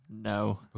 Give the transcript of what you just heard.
No